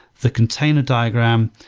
the container diagram,